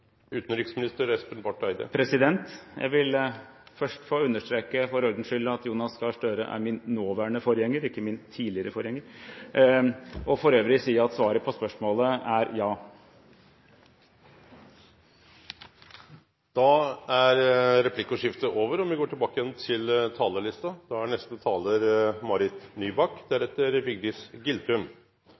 Jeg vil først få understreke, for ordens skyld, at Jonas Gahr Støre er min nåværende forgjenger, ikke min «tidligere forgjenger», og for øvrig si at svaret på spørsmålet er ja. Replikkordskiftet er over. La meg først få lov til